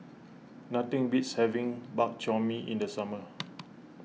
nothing beats having Bak Chor Mee in the summer